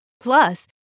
Plus